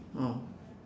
oh